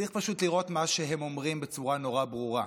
צריך פשוט לראות מה שהם אומרים בצורה נורא ברורה.